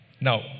Now